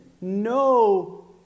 No